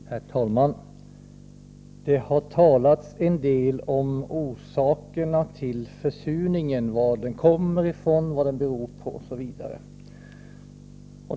Herr talman! Det har talats en del om orsakerna till försurningen — vad den kommer ifrån, vad den beror på osv.